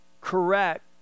correct